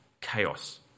chaos